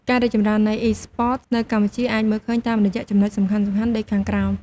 ការរីកចម្រើននៃ Esports នៅកម្ពុជាអាចមើលឃើញតាមរយៈចំណុចសំខាន់ៗដូចខាងក្រោម។